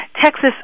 Texas